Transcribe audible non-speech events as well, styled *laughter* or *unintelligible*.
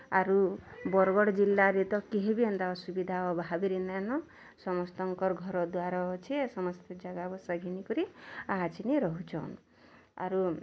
ଆରୁ ବଡ଼ଗଡ଼୍ ଜିଲ୍ଲାରେ ତ କେହିବି ଏନ୍ତା ଅସୁବିଧା ହବା *unintelligible* ନାଇଁନ ସମସ୍ତଙ୍କର୍ ଘର ଦ୍ଵାର ଅଛେ ସମସ୍ତେ ଜାଗା ବସା ଘିନି କରି ଆସିନି ରହୁଛନ୍ ଆରୁ